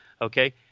okay